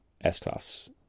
S-Class